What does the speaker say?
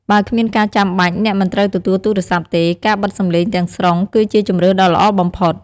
បើគ្មានការចាំបាច់ អ្នកមិនត្រូវទទួលទូរស័ព្ទទេ ការបិទសំឡេងទាំងស្រុងគឺជាជម្រើសដ៏ល្អបំផុត។